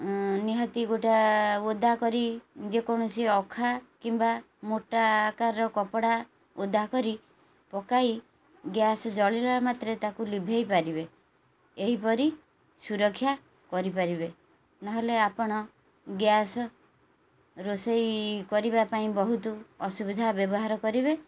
ନିହାତି ଗୋଟା ଓଦା କରି ଯେକୌଣସି ଅଖା କିମ୍ବା ମୋଟା ଆକାରର କପଡ଼ା ଓଦା କରି ପକାଇ ଗ୍ୟାସ୍ ଜଳିଲା ମାତ୍ରେ ତାକୁ ଲିଭାଇ ପାରିବେ ଏହିପରି ସୁରକ୍ଷା କରିପାରିବେ ନହେଲେ ଆପଣ ଗ୍ୟାସ୍ ରୋଷେଇ କରିବା ପାଇଁ ବହୁତ ଅସୁବିଧା ବ୍ୟବହାର କରିବେ